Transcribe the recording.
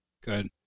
Good